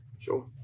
sure